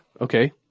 Okay